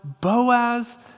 Boaz